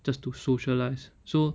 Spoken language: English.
just to socialise so